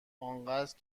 انقدر